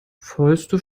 fäuste